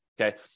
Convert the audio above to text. Okay